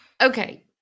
Okay